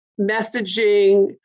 messaging